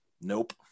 Nope